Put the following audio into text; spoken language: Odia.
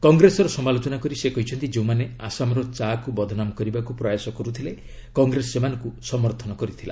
କଂଗ୍ରେସର ସମାଲୋଚନା କରି ସେ କହିଛନ୍ତି ଯେଉଁମାନେ ଆସାମର ଚା' କୁ ବଦନାମ କରିବାକୁ ପ୍ରୟାସ କରୁଥିଲେ କଂଗ୍ରେସ ସେମାନଙ୍କୁ ସମର୍ଥନ କରିଥିଲା